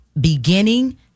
beginning